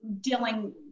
dealing